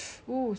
of course